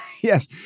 Yes